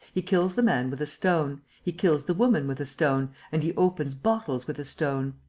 he kills the man with a stone, he kills the woman with a stone and he opens bottles with a stone!